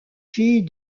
fille